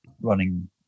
running